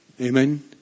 Amen